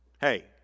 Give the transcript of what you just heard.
hey